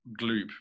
gloop